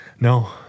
No